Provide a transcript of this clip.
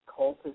cultist